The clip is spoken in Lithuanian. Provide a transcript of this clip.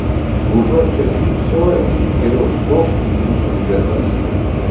užuot čia stypsojęs geriau stok į mūsų gretas